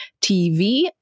TV